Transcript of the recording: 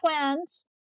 twins